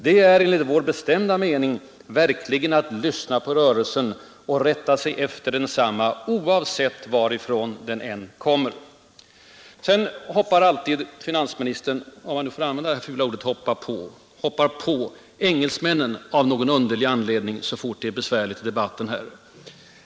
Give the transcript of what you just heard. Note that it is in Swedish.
Det är, enligt vår bestämda mening, verkligen att ”lyssna på rörelsen” och rätta sig efter densamma, oavsett varifrån den än kommer.” Sedan hoppade finansministern på engelsmännen — om jag nu får använda det fula uttrycket ”hoppa på”. Han gör det av någon underlig anledning så fort det blir besvärligt i debatten.